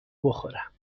بخورم